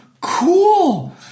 Cool